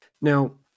Now